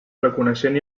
reconeixent